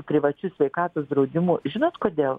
privačiu sveikatos draudimu žinot kodėl